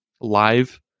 live